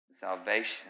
Salvation